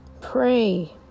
Pray